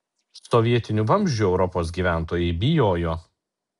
sovietinių vamzdžių europos gyventojai bijojo